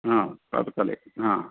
हा प्रातःकाले हा